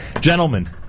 Gentlemen